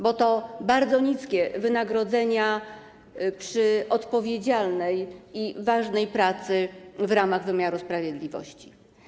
Bo to bardzo niskie wynagrodzenia przy odpowiedzialnej i ważnej pracy w ramach wymiaru sprawiedliwości.